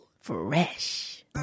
Fresh